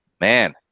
Man